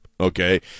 Okay